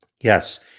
Yes